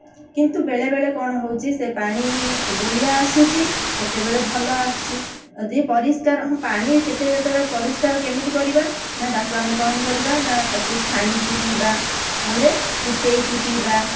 କିନ୍ତୁ ବେଳେବେଳେ କ'ଣ ହେଉଛି ସେ ପାଣି ଗୋଳିଆ ଆସୁଛି କେତେବେଳେ ଭଲ ଆସୁଛି ଯଦି ପରିସ୍କାର ହଁ ପାଣି କେତେବେଳେ କେତେବେଳେ ପରିସ୍କାର କେମିତି କରିବା ନା ତାକୁ ଆମେ କ'ଣ କରିବା ନା ତାକୁ ଛାଣିକି ପିଇବା ନହେଲେ ଫୁଟେଇକି ପିଇବା